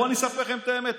בואו אני אספר לכם את האמת,